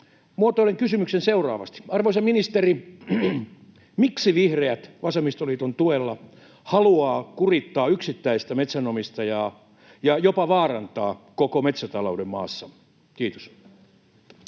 Muotoilen kysymyksen seuraavasti: arvoisa ministeri, miksi vihreät vasemmistoliiton tuella haluavat kurittaa yksittäistä metsänomistajaa ja jopa vaarantaa koko metsätalouden maassamme? — Kiitos.